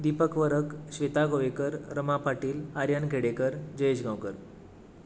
Deepak Varak Shweta Govekar Rama Patil Aryan Khedekar Jayesh Gaonkar